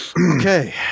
Okay